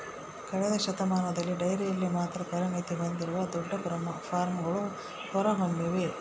ಕಳೆದ ಶತಮಾನದಲ್ಲಿ ಡೈರಿಯಲ್ಲಿ ಮಾತ್ರ ಪರಿಣತಿ ಹೊಂದಿರುವ ದೊಡ್ಡ ಫಾರ್ಮ್ಗಳು ಹೊರಹೊಮ್ಮಿವೆ